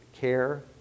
care